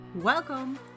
Welcome